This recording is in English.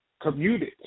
commuted